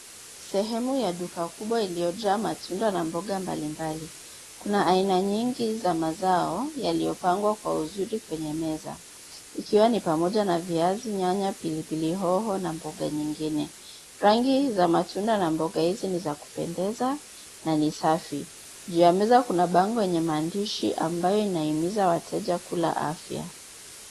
Sehemu ya duka kubwa iliyojaa matunda na mboga mbali mbali. Kuna aina nyingi za mazao yalipangwa kwa uzuri kwenye meza ikiwa ni pamoja na viazi, nyanya, pilipili hoho na mboga nyingine. Rangi za matunda na mboga hizi ni za kupendeza na ni safi. Juu ya meza kuna kuna bango yenye maandishi ambayo inahimiza wateja kula afya.